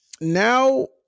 now